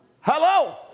Hello